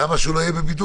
למה שהוא לא יהיה בבידוד?